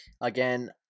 again